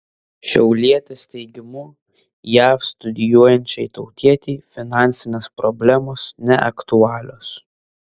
šiaulietės teigimu jav studijuojančiai tautietei finansinės problemos neaktualios